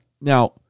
now